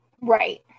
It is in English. Right